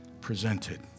presented